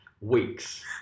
weeks